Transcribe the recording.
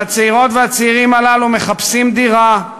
והצעירות והצעירים הללו מחפשים דירה,